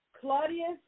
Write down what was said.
Claudius